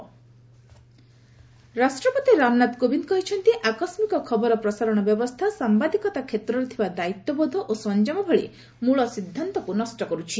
president fake news ରାଷ୍ଟ୍ରପତି ରାମନାଥ କୋବିନ୍ଦ କହିଛନ୍ତି ଆକସ୍କିକ ଖବର ପ୍ରସାରଣ ବ୍ୟବସ୍ଥା ସାମ୍ବାଦିକତା କ୍ଷେତ୍ରରେ ଥିବା ଦାୟିତ୍ୱବୋଧ ଓ ସଂଯମ ଭଳି ମୂଳ ସିଦ୍ଧାନ୍ତକୁ ନଷ୍ଟ କରୁଛି